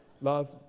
love